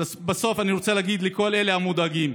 בסוף, אני רוצה להגיד לכל אלה המודאגים: